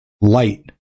light